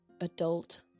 adult